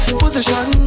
position